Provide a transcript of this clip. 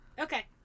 Okay